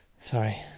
Sorry